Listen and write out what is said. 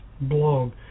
blog